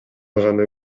гана